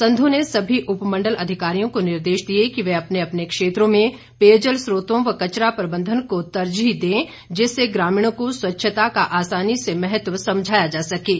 संधू ने सभी उपमंडल अधिकारियों को निर्देश दिए कि वह अपने अपने क्षेत्रों में पेयजल स्रोतों व कचरा प्रबंधन को तरजीह दें जिससे ग्रामीणों को स्वच्छता का आसानी से महत्व समझाया जा सकेगा